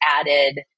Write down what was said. added